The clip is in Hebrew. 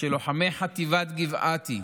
של לוחמי חטיבת גבעתי,